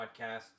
podcasts